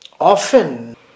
Often